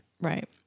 Right